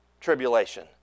tribulation